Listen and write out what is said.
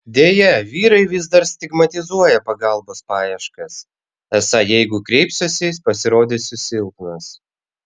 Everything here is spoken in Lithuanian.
deja vyrai vis dar stigmatizuoja pagalbos paieškas esą jeigu kreipsiuosi pasirodysiu silpnas